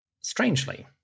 Strangely